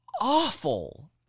Awful